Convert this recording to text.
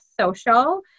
social